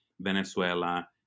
Venezuela